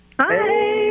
Hi